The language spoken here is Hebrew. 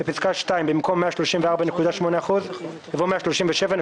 (ב)בפסקה (2), במקום "134.8%" יבוא "137.1%".